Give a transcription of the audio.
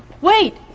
Wait